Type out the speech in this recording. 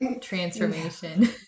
transformation